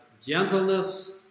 gentleness